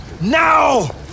now